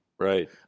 Right